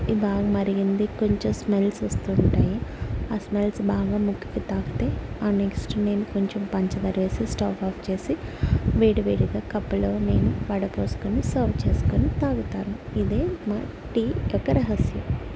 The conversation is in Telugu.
ఈ బాగా మరిగింది కొంచెం స్మెల్స్ వస్తుంటాయి ఆ స్మెల్స్ బాగా ముక్కీకి తాకితే ఆ నెక్స్ట్ మేము కొంచెం పంచదార వేసి స్టవ్ ఆఫ్ చేసి వేడి వేడిగా కప్పులో మేము వడపోసుకుని సర్వ్ చేసుకుని తాగుతాము ఇదే మా టీ యొక్క రహస్యం